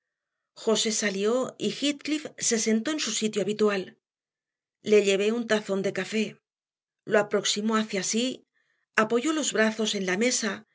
josé salió y heathcliff se sentó en su sitio habitual le llevé un tazón de café lo aproximó hacia sí apoyó los brazos en la mesa